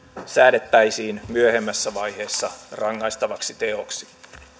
säädettäisiin myöhemmässä vaiheessa rangaistavaksi teoksi